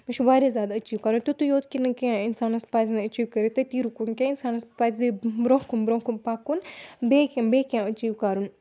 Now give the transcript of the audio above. مےٚ چھُ واریاہ زیادٕ أچیٖو کَرُن تیُتُے یوت کہِ نہٕ کیٚنٛہہ اِنسانَس پَزِ نہٕ أچیٖو کٔرِتھ تٔتی رُکُن کیٚنٛہہ اِنسانَس پَزِ برٛونٛہہ کُن برٛونٛہہ کُن پَکُن بیٚیہِ کیٚنٛہہ بیٚیہِ کیٚنٛہہ أچیٖو کَرُن